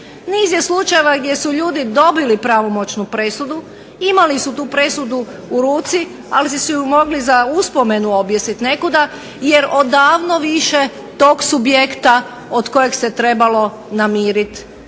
niz je slučajeva gdje su ljudi dobili pravomoćnu presudu, imali su tu presudu u ruci ali su je mogu za uspomenu objesiti nekuda, jer odavno više tog subjekta od kojeg se trebalo namiriti